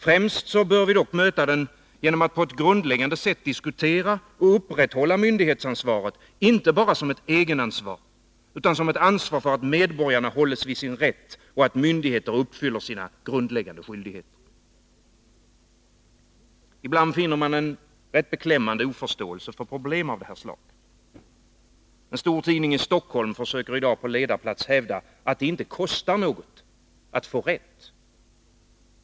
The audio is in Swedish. Främst bör vi dock möta dem genom att på ett grundläggande sätt diskutera och upprätthålla myndighetsansvaret, inte bara som ett egenansvar utan som ett ansvar för att medborgarna hålls vid sin rätt och att myndigheter uppfyller sin grundläggande skyldighet. Ibland finner man en rätt beklämmande oförståelse för problem av detta slag. En stor tidning i Stockholm försöker i dag på ledarplats hävda att det inte kostar något att få rätt.